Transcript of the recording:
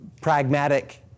pragmatic